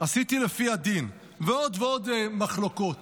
עשיתי לפי הדין, ועוד ועוד מחלוקות.